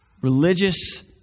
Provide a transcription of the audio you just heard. Religious